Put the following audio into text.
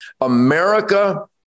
America